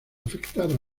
afectar